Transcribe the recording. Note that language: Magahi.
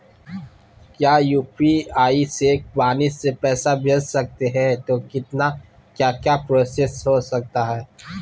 क्या यू.पी.आई से वाणी से पैसा भेज सकते हैं तो कितना क्या क्या प्रोसेस हो सकता है?